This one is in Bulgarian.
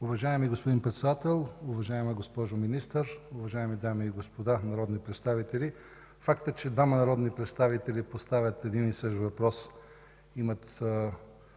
Уважаеми господин Председател, уважаема госпожо Министър, уважаеми дами и господа народни представители! Фактът, че двама народни представители поставят един и същ въпрос, имат